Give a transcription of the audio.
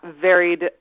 varied